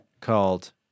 Called